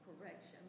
correction